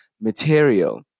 material